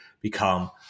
become